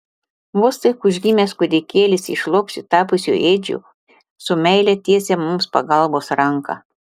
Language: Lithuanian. vos tik užgimęs kūdikėlis iš lopšiu tapusių ėdžių su meile tiesia mums pagalbos ranką